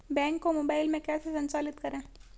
Bank को mobile में कैसे संचालित करें?